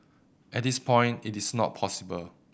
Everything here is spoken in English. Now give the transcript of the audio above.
at this point it's not possible